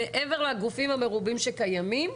מעבר לגופים המרובים שקיימים,